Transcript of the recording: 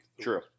True